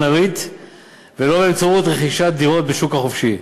הריט ולא באמצעות רכישת דירות בשוק החופשי.